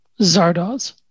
Zardoz